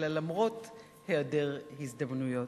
אלא למרות היעדר הזדמנויות.